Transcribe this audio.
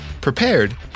prepared